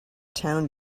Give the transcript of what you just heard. town